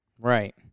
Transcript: Right